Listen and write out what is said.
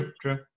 true